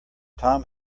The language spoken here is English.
tom